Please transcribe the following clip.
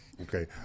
okay